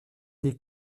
les